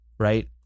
right